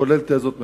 כולל תזות מדיניות.